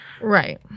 Right